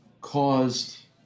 caused